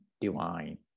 divine